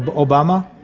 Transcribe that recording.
but obama,